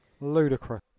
Ludicrous